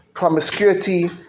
promiscuity